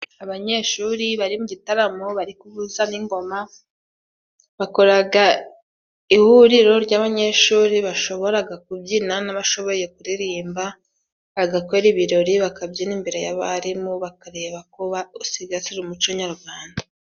Abanyeshuri bari mu gitaramo bari kuvuza n'ingoma bakoraga ihuriro ry'abanyeshuri bashoboraga kubyina n'abashoboye kuririmba bagakora ibirori bakabyina imbere y'abarimu bakareba ko basigasira umuco nyarwanda.